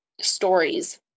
stories